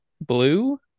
blue